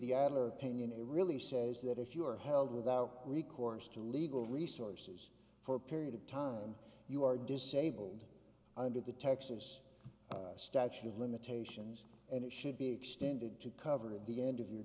adler opinion it really says that if you are held without recourse to legal resources for a period of time you are disabled under the texas statute of limitations and it should be extended to cover the end of your